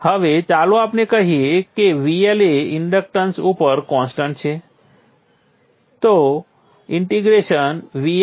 હવે ચાલો આપણે કહીએ કે VL એ ઇન્ડક્ટર ઉપર કોન્સ્ટન્ટ છે તો VL dt જે N φ હશે